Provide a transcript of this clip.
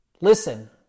listen